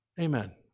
Amen